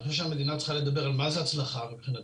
אני חושב שהמדינה צריכה לדבר על מה זה הצלחה מבחינתה,